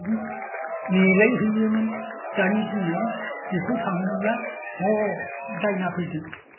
नेलायहैयोमोन दानि दिनाव बेखौ थाङोब्ला ह' दायना फैदों